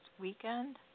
Weekend